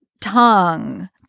tongue